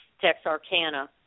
Texarkana